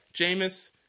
Jameis